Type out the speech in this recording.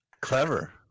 Clever